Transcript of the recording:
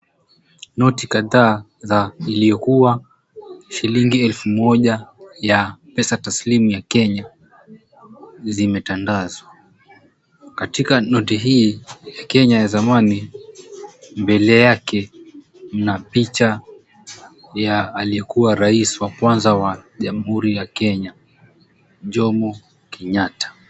Noti kadhaa za iliokuwa shilingi elfu moja ya pesa taslimu ya Kenya zimetandazwa. Katika noti hii ya Kenya ya zamani mbele yake mna picha ya aliyekuwa rais wa kwanza wa jamhuri ya Kenya, Jomo Kenyatta.